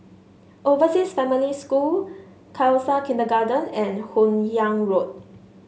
Overseas Family School Khalsa Kindergarten and Hun Yeang Road